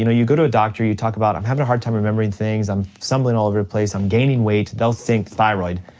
know, you go to a doctor, you talk about i'm having a hard time remembering things, i'm stumbling all over the place, i'm gaining weight, they'll think thyroid,